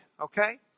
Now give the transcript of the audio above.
Okay